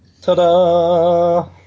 Ta-da